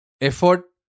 effort